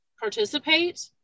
participate